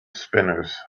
spinners